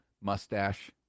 mustache